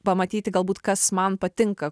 pamatyti galbūt kas man patinka